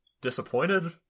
disappointed